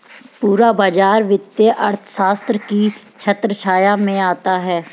पूरा बाजार वित्तीय अर्थशास्त्र की छत्रछाया में आता है